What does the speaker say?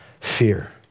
fear